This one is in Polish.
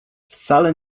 wcale